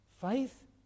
faith